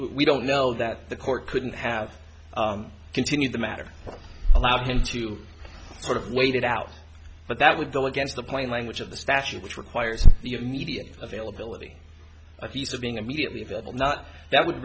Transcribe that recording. we don't know that the court couldn't have continued the matter allow him to sort of wait it out but that would go against the plain language of the statute which requires the immediate availability of use of being immediately available not that would